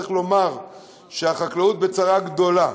צריך לומר שהחקלאות בצרה גדולה,